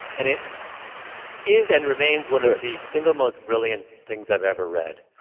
and it is and remains one of the single most brilliant things i've ever read.